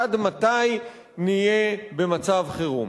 עד מתי נהיה במצב חירום?